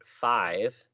five